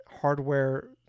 hardware